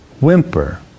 whimper